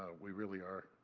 we really are.